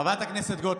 חברת הכנסת גוטליב,